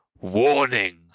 Warning